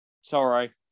sorry